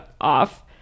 off